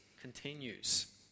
continues